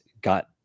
got